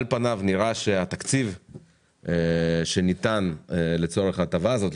על פניו נראה שהתקציב שניתן לצורך ההטבה הזאת,